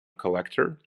collector